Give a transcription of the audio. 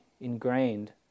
ingrained